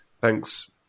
thanks